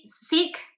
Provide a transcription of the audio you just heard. sick